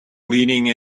leading